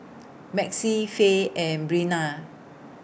Maxie Fae and Brenna